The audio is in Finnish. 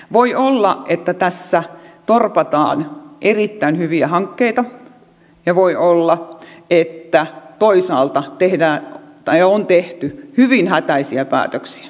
voi olla että tässä torpataan erittäin hyviä hankkeita ja voi olla että toisaalta on tehty hyvin hätäisiä päätöksiä